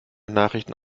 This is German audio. nachrichten